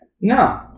no